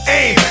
aim